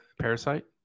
Parasite